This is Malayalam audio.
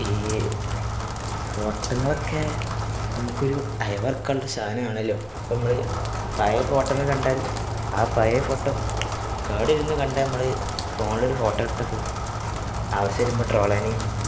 ഈ ഫോട്ടങ്ങളക്കെ നമ്മള്ക്കൊരു അയവിറക്കാനുള്ള സാധനമാണല്ലോ അപ്പോള് നമ്മള് പഴയ ഫോട്ടങ്ങള് കണ്ടാൽ ആ പഴയ ഫോട്ടം കേടുവരുമെന്നു കണ്ടാല് നമ്മള് ഫോണിലൊരു ഫോട്ടം എടുത്തുവയ്ക്കും ആവശ്യം വരുമ്പോള് ട്രോളാന്